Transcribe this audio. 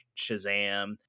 Shazam